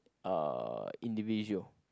uh individual